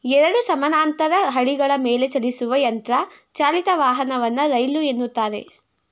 ಎರಡು ಸಮಾನಾಂತರ ಹಳಿಗಳ ಮೇಲೆಚಲಿಸುವ ಯಂತ್ರ ಚಾಲಿತ ವಾಹನವನ್ನ ರೈಲು ಎನ್ನುತ್ತಾರೆ